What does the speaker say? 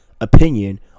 opinion